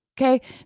okay